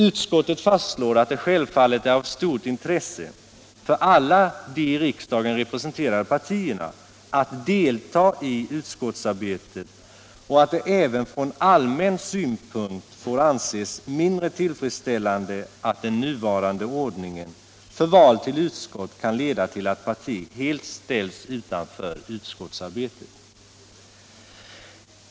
Utskottet fastslår att det självfallet är av stort intresse för alla de i riksdagen representerade partierna att delta i utskottsarbetet och att det även från allmän synpunkt får anses mindre tillfredsställande att den nuvarande ordningen för val till utskott kan leda till att parti helt ställs utanför utskottsarbetet.